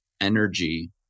energy